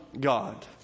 God